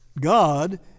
God